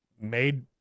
made